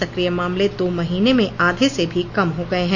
सक्रिय मामले दो महीने में आधे से भी कम हो गए हैं